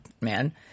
man